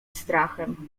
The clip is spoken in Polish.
strachem